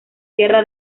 sierra